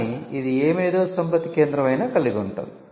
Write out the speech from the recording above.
కానీ ఇది ఏ మేధోసంపత్తి కేంద్రం అయినా కలిగి ఉంటుంది